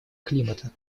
климата